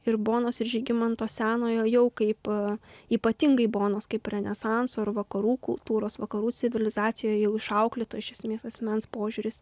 ir bonos ir žygimanto senojo jau kaip ypatingai bonos kaip renesanso ar vakarų kultūros vakarų civilizacijoj jau išauklėto iš esmės asmens požiūris